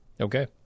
okay